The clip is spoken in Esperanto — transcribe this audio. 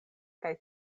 kaj